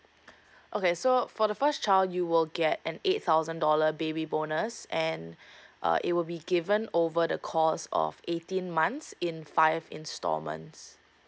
okay so for the first child you will get an eight thousand dollar baby bonus and uh it will be given over the course of eighteen months in five instalments